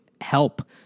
help